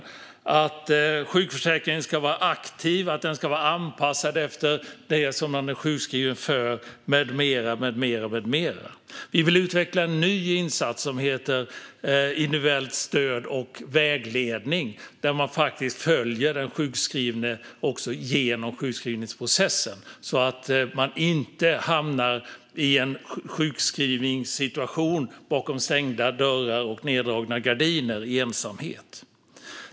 Vi föreslår att sjukförsäkringen ska vara aktiv och att den ska vara anpassad efter det som man är sjukskriven för med mera. Vi vill utveckla en ny insats, individuellt stöd och vägledning, där man faktiskt följer den sjukskrivne genom sjukskrivningsprocessen, så att personen inte hamnar i en sjukskrivningssituation bakom stängda dörrar och neddragna gardiner i ensamhet.